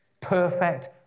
perfect